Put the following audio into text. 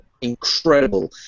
incredible